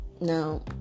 Now